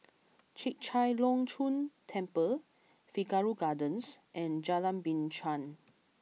Chek Chai Long Chuen Temple Figaro Gardens and Jalan Binchang